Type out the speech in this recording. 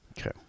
Okay